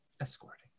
escorting